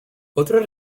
otras